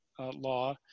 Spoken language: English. law